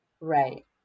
Right